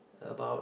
about